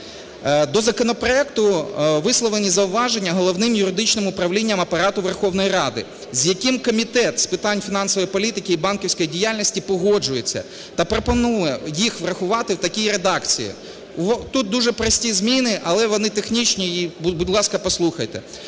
До законопроекту висловлені зауваження Головним юридичним управлінням Апарату Верховної Ради, з яким Комітет з питань фінансової політики і банківської діяльності погоджується та пропонує їх врахувати в такій редакції. Тут дуже прості зміни, але вони технічні і, будь ласка, послухайте.